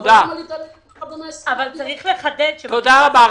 תודה רבה,